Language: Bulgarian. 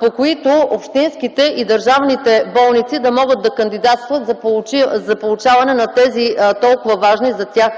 по които общинските и държавните болници да могат да кандидатстват за получаване на тези толкова важни за тях